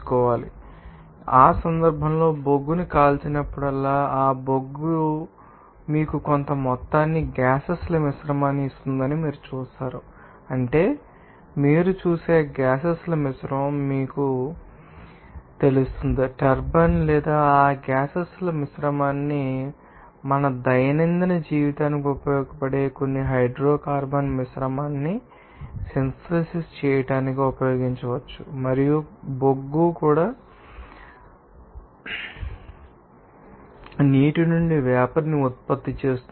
కాబట్టి ఆ సందర్భంలో బొగ్గును కాల్చినప్పుడల్లా ఆ బొగ్గు మీకు కొంత మొత్తాన్ని గ్యాసెస్ ల మిశ్రమాన్ని ఇస్తుందని మీరు చూస్తారు అంటే మీరు చూసే గ్యాసెస్ ల మిశ్రమం మీకు తెలుస్తుంది లేదా మీకు తెలుస్తుంది టర్బైన్ లేదా ఆ గ్యాసెస్ ల మిశ్రమాన్ని మన దైనందిన జీవితానికి ఉపయోగపడే కొన్ని హైడ్రోకార్బన్ మిశ్రమాన్ని సింథసిస్ చేయడానికి ఉపయోగించవచ్చు మరియు బొగ్గు కూడా మీకు తెలుస్తుంది ఇది నీటి నుండి వేపర్ ని ఉత్పత్తి చేస్తుంది